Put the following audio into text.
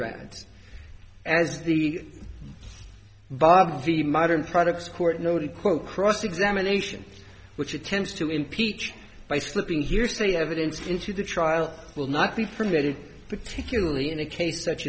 records as the bar of the modern products court noted quote cross examination which attempts to impeach by slipping hearsay evidence into the trial will not be permitted particularly in a case such